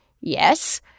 yes